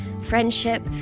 friendship